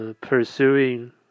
pursuing